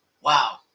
wow